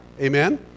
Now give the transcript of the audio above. Amen